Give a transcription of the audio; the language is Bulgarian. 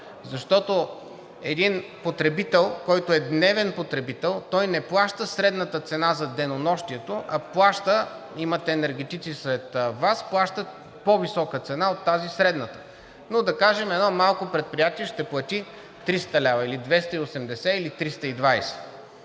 Защото един потребител, който е дневен потребител, той не плаща средната цена за денонощието, а плаща – имате енергетици сред Вас – по-висока цена от тази средната. Да кажем едно малко предприятие ще плати 300 лв. или 280 лв., или 320